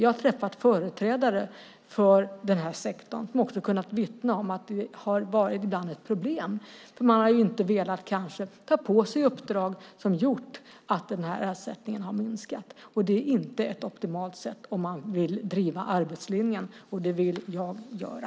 Jag har träffat företrädare för denna sektor som har vittnat om att det ibland har varit problem. Ibland har man kanske inte velat ta på sig uppdrag som skulle göra att denna ersättning minskar. Det är inte ett optimalt sätt om man vill driva arbetslinjen, och det vill jag göra.